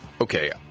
Okay